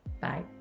Bye